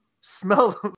smell